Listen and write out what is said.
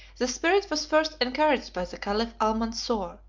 this spirit was first encouraged by the caliph almansor,